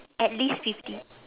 at least fifty